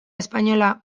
espainola